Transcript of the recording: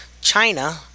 China